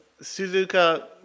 Suzuka